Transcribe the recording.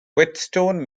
whetstone